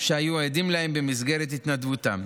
שהיו עדים להן במסגרת התנדבותם.